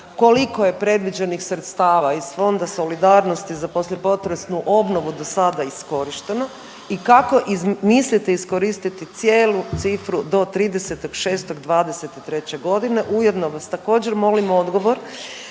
koliko je predviđenih sredstava iz Fonda solidarnosti za poslije potresnu obnovu do sada iskorišteno i kako mislite iskoristiti cijelu cifru do 30.6.2023. godine? Ujedno vas također molim odgovor